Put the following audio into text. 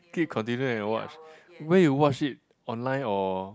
keep continue and watch where you watch it online or